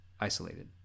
isolated